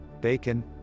bacon